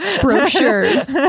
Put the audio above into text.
brochures